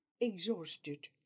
exhausted